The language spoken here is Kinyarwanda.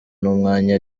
n’umwanya